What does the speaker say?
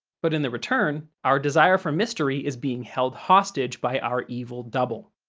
but in the return, our desire for mystery is being held hostage by our evil double.